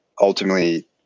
ultimately